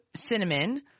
cinnamon